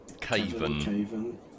caven